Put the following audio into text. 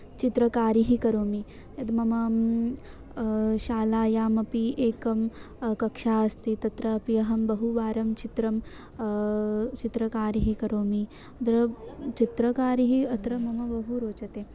चित्रकारिः करोमि यद् मम शालायामपि एका कक्षा अस्ति तत्रापि अहं बहुवारं चित्रं चित्रकारिः करोमि अत्र चित्रकारिः अत्र मम बहु रोचते